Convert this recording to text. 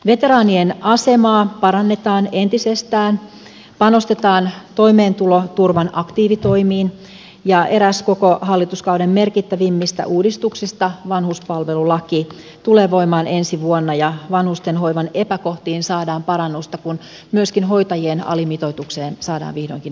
veteraanien asemaa parannetaan entisestään panostetaan toimeentuloturvan aktiivitoimiin ja eräs koko hallituskauden merkittävimmistä uudistuksista vanhuspalvelulaki tulee voimaan ensi vuonna ja vanhustenhoivan epäkohtiin saadaan parannusta kun myöskin hoitajien alimitoitukseen saadaan vihdoinkin nollatoleranssi